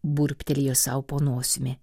burbtelėjo sau po nosimi